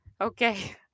Okay